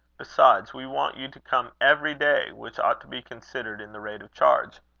besides, we want you to come every day, which ought to be considered in the rate of charge.